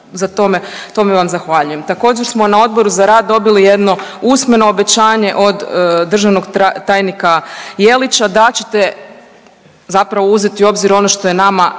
me, tome vam zahvaljujem. Također smo na Odboru za rad dobili jedno usmeno obećanje od državnog tajnika Jelića da ćete zapravo uzeti u obzir ono što je nama